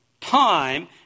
time